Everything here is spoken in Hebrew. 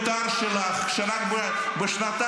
שקרן, אתה שקרן.